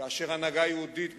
כאשר הנהגה יהודית,